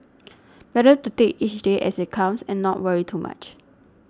better to take each day as it comes and not worry too much